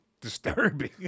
disturbing